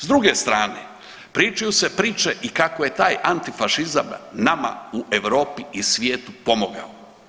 S druge strane pričaju se priče i kako je taj antifašizam nama u Europi i svijetu pomogao.